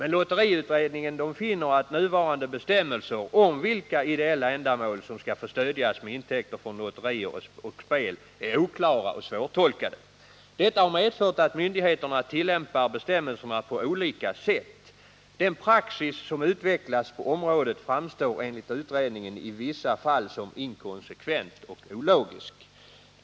Lotteriutredningen finner att nuvarande bestämmelser om vilka ideella ändamål som skall få stödjas med intäkter från lotterier och spel är oklara och svårtolkade. Detta har medfört att myndigheterna tillämpar bestämmelserna på olika sätt. Den praxis som utvecklats på området framst utredningen i vissa fall som inkonsekvent och ologisk.